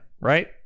Right